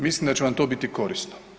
Mislim da ćete vam to biti korisno.